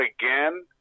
again